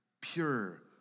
pure